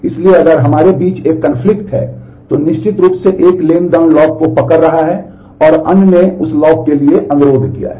इसलिए अगर हमारे बीच एक कनफ्लिक्ट है तो निश्चित रूप से एक ट्रांज़ैक्शन लॉक को पकड़ रहा है और अन्य ने उस लॉक के लिए अनुरोध किया है